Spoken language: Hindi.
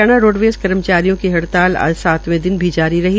हरियाणा रोडवेज़ कर्मचारियों की हड़ताल आज सातवें दिन भी जारी रही